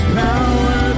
power